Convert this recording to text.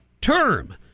term